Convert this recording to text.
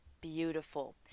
beautiful